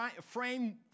frame